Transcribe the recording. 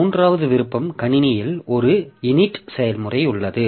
மூன்றாவது விருப்பம் கணினியில் ஒரு init செயல்முறை உள்ளது